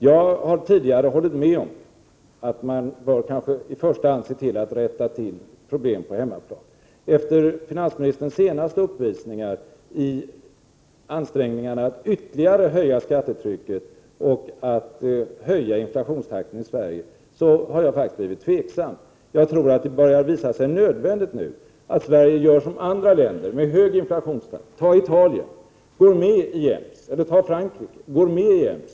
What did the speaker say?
Jag har tidigare hållit med om att man först bör se till att problemen på hemmaplan löses. Efter finansministerns senaste uppvisningar i försöken att ytterligare höja skattetrycket och inflationstakten i Sverige har jag faktiskt blivit tveksam. Jag tror att det nu börjar visa sig nödvändigt att Sverige gör som andra länder med hög inflationstakt, som t.ex. Italien och Frankrike som går med i EMS.